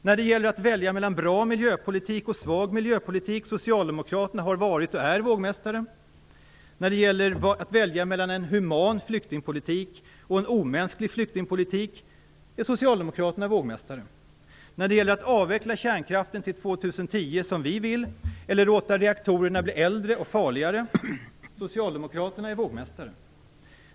När det gäller att välja mellan en bra miljöpolitik och en svag miljöpolitik har Socialdemokraterna varit, och är fortfarande, vågmästare. När det gäller att välja mellan en human flyktingpolitik och en omänsklig flyktingpolitik är Socialdemokraterna vågmästare. När det gäller frågan om att antingen, som vi vill, avveckla kärnkraften till år 2010 eller att låta reaktorerna bli äldre och farligare är Socialdemokraterna vågmästare.